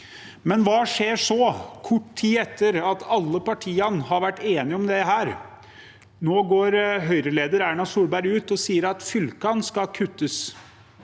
Men hva skjer så, kort tid etter at alle partiene har vært enige om dette? Nå går Høyre-leder Erna Solberg ut og sier at fylkene skal kuttes.